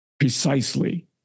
Precisely